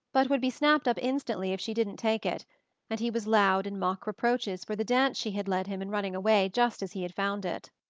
but would be snapped up instantly if she didn't take it and he was loud in mock-reproaches for the dance she had led him in running away just as he had found it.